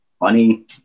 money